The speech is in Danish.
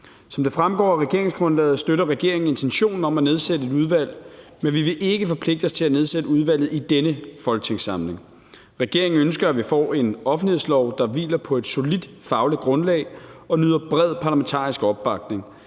regeringsgrundlaget, støtter regeringen intentionen om at nedsætte et sådant udvalg, men vi vil ikke forpligte os til at nedsætte udvalget i denne folketingssamling. Regeringen ønsker, at vi får en offentlighedslov, der hviler på et solidt fagligt grundlag og nyder bred parlamentarisk opbakning.